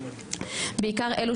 בעיקר אלו